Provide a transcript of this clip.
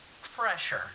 fresher